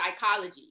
psychology